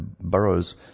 boroughs